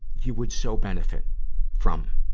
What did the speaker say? you would so benefit from,